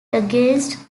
against